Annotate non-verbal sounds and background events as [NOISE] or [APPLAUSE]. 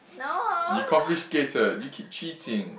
no oh no [LAUGHS]